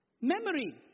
Memory